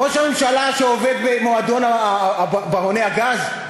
ראש הממשלה שעובד במועדון ברוני הגז,